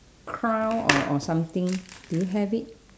crown or or something do you have it